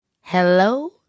Hello